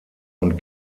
und